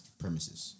premises